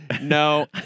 no